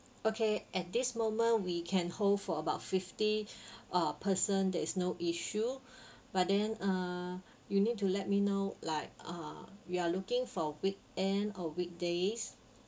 okay at this moment we can hold for about fifty uh person there is no issue but then uh you need to let me know like uh we are looking for weekend or weekdays